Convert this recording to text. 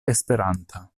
esperanta